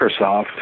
Microsoft